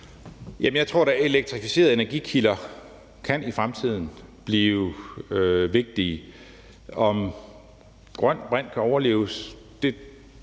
jeg tror da, at elektrificerede energikilder i fremtiden kan blive vigtige. Om grøn brint kan overleve, stiller jeg